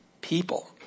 people